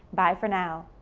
bye for now